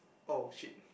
oh shit